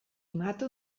mata